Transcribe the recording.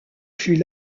fut